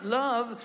love